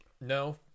no